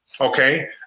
okay